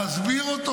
להסביר אותו